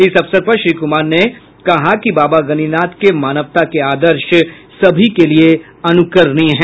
इस अवसर पर श्री कुमार ने बाबा गणिनाथ के मानवता के आदर्श सभी के लिए अनुकरणीय है